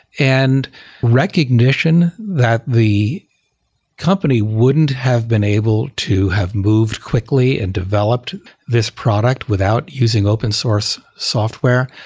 and recognition that the company wouldn't have been able to have moved quickly and developed this product without using open source software,